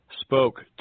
spoke